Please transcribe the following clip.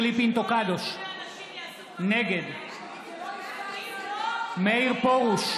נגד מאיר פרוש,